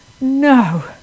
No